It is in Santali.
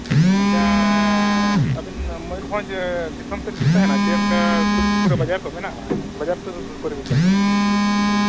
ᱟᱪᱪᱷᱟ ᱟᱹᱵᱤᱱ ᱢᱚᱭᱩᱨᱵᱷᱚᱸᱡᱽ ᱫᱤᱥᱚᱢ ᱥᱮᱫ ᱜᱮᱵᱤᱱ ᱛᱟᱦᱮᱱᱟ ᱥᱮ ᱚᱱᱠᱟ ᱥᱩᱨ ᱠᱚᱨᱮᱫ ᱵᱟᱡᱟᱨ ᱠᱚ ᱢᱮᱱᱟᱜᱼᱟ ᱵᱟᱡᱟᱨ ᱥᱩᱨ ᱠᱚᱨᱮ ᱵᱤᱱ ᱛᱟᱦᱮᱱᱟ